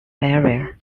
area